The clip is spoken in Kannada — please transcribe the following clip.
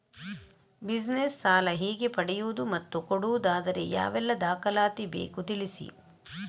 ಬಿಸಿನೆಸ್ ಸಾಲ ಹೇಗೆ ಪಡೆಯುವುದು ಮತ್ತು ಕೊಡುವುದಾದರೆ ಯಾವೆಲ್ಲ ದಾಖಲಾತಿ ಬೇಕು ತಿಳಿಸಿ?